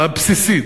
הבסיסית,